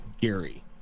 Gary